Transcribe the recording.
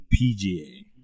PGA